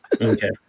Okay